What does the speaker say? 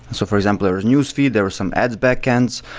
so for example, there was newsfeed, there were some ads backends.